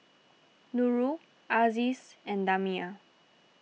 Nurul Aziz and Damia